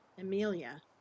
Amelia